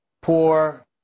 poor